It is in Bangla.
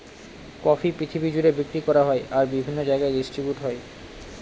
কফি পৃথিবী জুড়ে বিক্রি করা হয় আর বিভিন্ন জায়গায় ডিস্ট্রিবিউট হয়